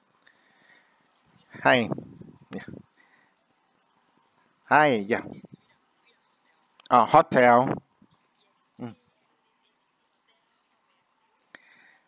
hi hi ya uh hotel